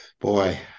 Boy